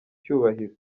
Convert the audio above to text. cyubahiro